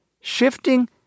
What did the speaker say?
shifting